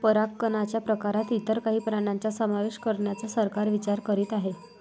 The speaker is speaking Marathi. परागकणच्या प्रकारात इतर काही प्राण्यांचा समावेश करण्याचा सरकार विचार करीत आहे